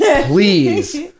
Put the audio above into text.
Please